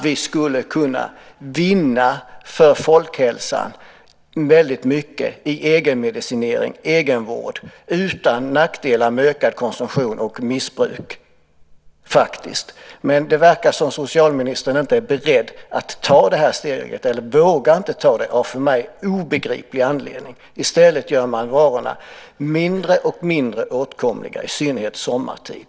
Vi skulle kunna vinna väldigt mycket för folkhälsan i egenmedicinering och egenvård utan nackdelar med ökad konsumtion och missbruk. Men det verkar som att socialministern inte är beredd att ta det steget eller vågar ta det av för mig obegriplig anledning. I stället gör man varorna allt mindre åtkomliga. Det gäller i synnerhet sommartid.